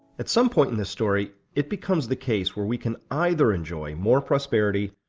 at some point in this story it becomes the case where we can either enjoy more prosperity,